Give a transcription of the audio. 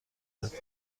بدی